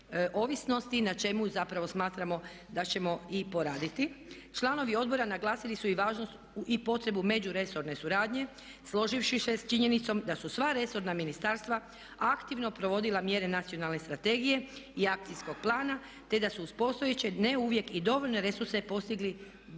ovisnosti i na čemu zapravo smatramo da ćemo i poraditi. Članovi odbora naglasili su i važnost i potrebu međuresorne suradnje složivši se s činjenicom da su sva resorna ministarstva aktivno provodila mjere Nacionalne strategije i Akcijskog plana te da su uz postojeće, ne uvijek i dovoljne resurse postigli